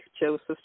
Joseph